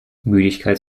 müdigkeit